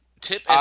Tip